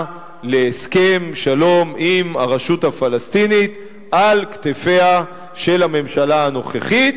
להסכם שלום עם הרשות הפלסטינית על כתפיה של הממשלה הנוכחית,